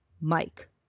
mike